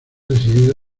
decidido